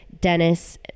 Dennis